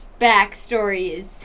backstories